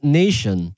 nation